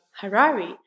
Harari